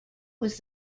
was